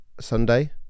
Sunday